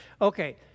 Okay